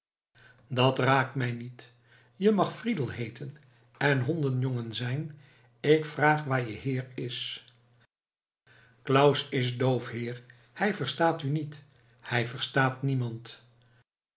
dat raakt mij niet je mag friedel heeten en hondenjongen zijn ik vraag waar je heer is claus is doof heer hij verstaat u niet hij verstaat niemand